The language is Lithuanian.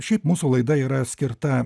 šiaip mūsų laida yra skirta